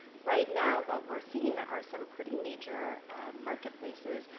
right now what we're seeing are some pretty major marketplaces